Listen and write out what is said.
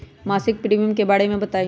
मासिक प्रीमियम के बारे मे बताई?